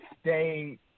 stay